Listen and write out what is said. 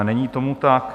Není tomu tak.